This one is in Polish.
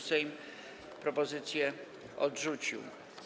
Sejm propozycję odrzucił.